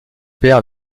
père